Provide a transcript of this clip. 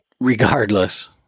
regardless